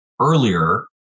earlier